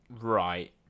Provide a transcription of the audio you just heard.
Right